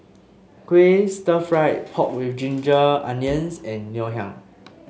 Kuih Stir Fried Pork with Ginger Onions and Ngoh Hiang